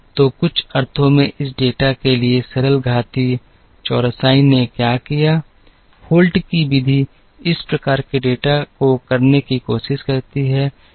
तो कुछ अर्थों में इस डेटा के लिए सरल घातीय चौरसाई ने क्या किया होल्ट की विधि इस प्रकार के डेटा को करने की कोशिश करती है